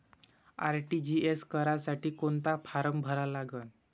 RTGS करासाठी कोंता form भरा लागन?